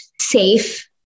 safe